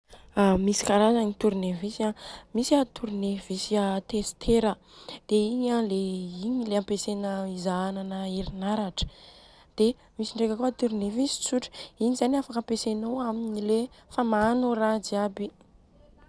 Misy karazagny tournevis an. Misy an tournevis a testera, dia igny an igny le ampiasaina izahanana herinaratra. Dia misy ndreka kôa tournevis tsotra, Igny zany an fampiasainô amin'le famahanô raha jiaby.